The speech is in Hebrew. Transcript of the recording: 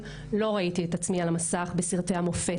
כפי שמיטיבה לתאר מורתי ורבתי ד"ר יעל מונק,